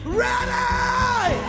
ready